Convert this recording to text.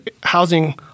housing